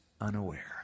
unaware